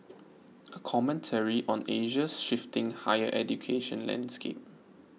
a commentary on Asia's shifting higher education landscape